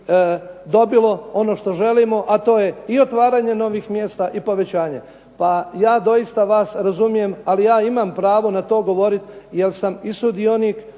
dobilo ono što želimo a to je i otvaranje novih mjesta i povećanje. Pa ja doista vas razumijem ali ja imam pravo na to govoriti jer sam i sudionik